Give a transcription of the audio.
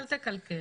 אל תקלקל.